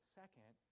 second